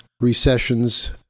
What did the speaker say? recessions